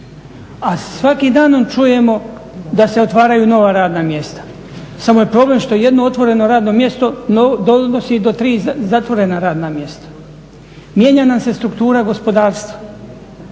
a svakim danom čujemo da se otvaraju nova radna mjesta, samo je problem što jedno otvoreno radno mjesto donosi do tri zatvorena radna mjesta. Mijenja nam se struktura gospodarstva,